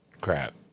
crap